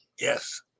Yes